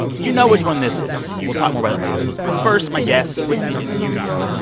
you know which one this is. we'll talk more about it later. but first, my guests with me in studio.